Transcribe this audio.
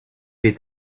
est